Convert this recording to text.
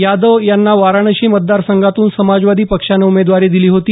यादव यांना वाराणसी मतदार संघातून समाजवादी पक्षानं उमेदवारी दिली होती